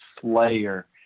slayer